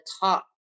top